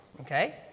Okay